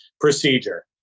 procedure